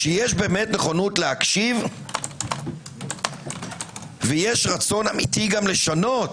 כשיש מוכנות להקשיב ויש רצון אמיתי לשנות